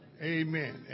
Amen